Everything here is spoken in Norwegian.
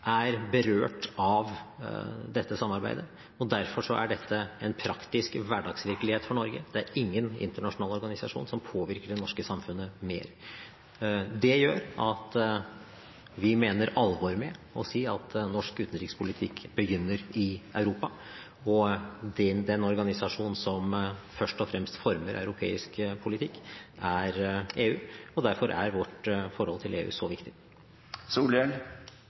er berørt av dette samarbeidet. Derfor er dette en praktisk hverdagsvirkelighet for Norge. Det er ingen internasjonal organisasjon som påvirker det norske samfunnet mer. Det gjør at vi mener alvor med å si at norsk utenrikspolitikk begynner i Europa. Den organisasjonen som først og fremst former europeisk politikk, er EU, og derfor er vårt forhold til EU så